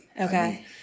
Okay